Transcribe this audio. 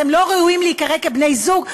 אתם לא ראויים להיקרא בני-זוג,